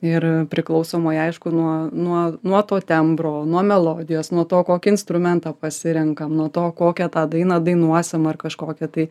ir priklausomai aišku nuo nuo nuo to tembro nuo melodijos nuo to kokį instrumentą pasirenkam nuo to kokią tą dainą dainuosim ar kažkokią tai